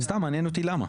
מעניין אותי למה.